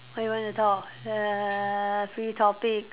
what you want to talk err free topic